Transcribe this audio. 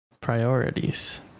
Priorities